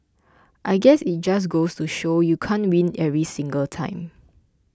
I guess it just goes to show you can't win every single time